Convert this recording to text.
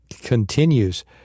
continues